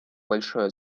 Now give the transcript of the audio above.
большое